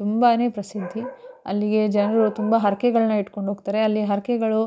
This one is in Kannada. ತುಂಬನೇ ಪ್ರಸಿದ್ಧಿ ಅಲ್ಲಿಗೆ ಜನರು ತುಂಬ ಹರಕೆಗಳ್ನ ಇಟ್ಕೊಂಡೋಗ್ತಾರೆ ಅಲ್ಲಿ ಹರಕೆಗಳು